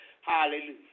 Hallelujah